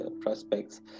prospects